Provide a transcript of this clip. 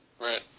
Right